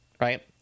Right